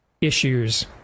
issues